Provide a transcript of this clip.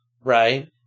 Right